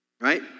right